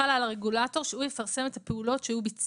חלה על הרגולטור שהוא יפרסם את הפעולות שהוא ביצע